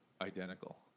identical